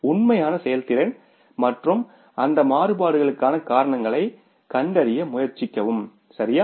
உண்மையான செயல்திறன் மற்றும் அந்த மாறுபாடுகளுக்கான காரணங்களைக் கண்டறிய முயற்சிக்கும் சரியா